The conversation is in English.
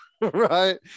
right